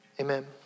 amen